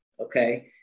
okay